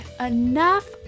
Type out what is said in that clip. enough